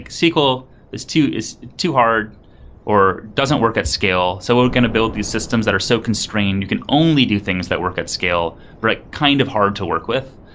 sql is too is too hard or doesn't work at scale. so we're going to build the systems that are so constrained. you can only do things that work at scale, but like kind of hard to work with.